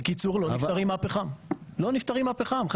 בקיצור לא נפטרים מהפחם, חבר'ה.